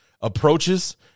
approaches